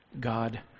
God